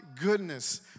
goodness